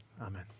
amen